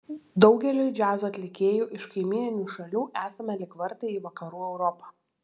daugeliui džiazo atlikėjų iš kaimyninių šalių esame lyg vartai į vakarų europą